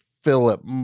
Philip